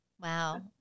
Wow